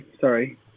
Sorry